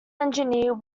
engineer